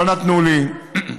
לא נתנו לי.